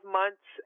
months